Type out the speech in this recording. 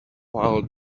while